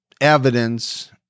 evidence